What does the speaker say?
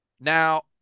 Now